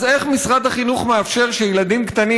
אז איך משרד החינוך מאפשר שילדים קטנים